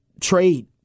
trade